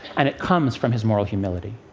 and it comes from his moral humility.